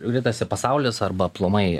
ritasi pasaulis arba aplamai